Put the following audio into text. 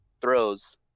throws